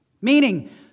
Meaning